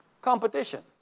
Competition